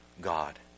God